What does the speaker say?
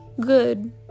good